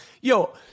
Yo